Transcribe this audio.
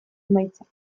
emaitzak